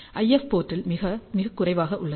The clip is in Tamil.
IF போர்ட்டில் மிகக் குறைவாக உள்ளது